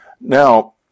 Now